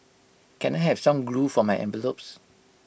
can I have some glue for my envelopes